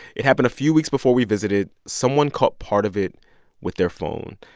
it happened a few weeks before we visited. someone caught part of it with their phone.